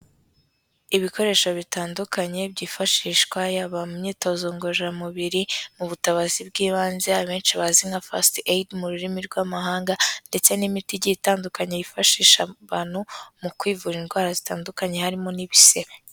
Ibikoresho bitandukanye byifashishwa yaba mu myitozo ngororamubiri, mu butabazi bw'ibanze abenshi bazi nka ''fasiti eyidi'', mu rurimi rw'amahanga ndetse n'imiti igiye itandukanye yifashisha abantu mu kwivura indwara zitandukanye harimo n'ibisebe.